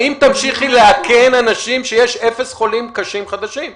האם תמשיכי לאכן אנשים שיש אפס חולים קשים חדשים?